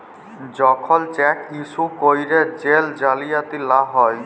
যখল cheque issue ক্যইরে jail জালিয়াতি লা হ্যয়